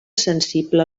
sensible